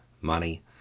money